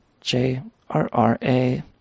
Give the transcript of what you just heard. J-R-R-A